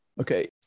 Okay